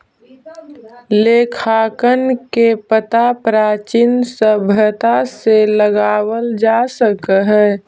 लेखांकन के पता प्राचीन सभ्यता से लगावल जा सकऽ हई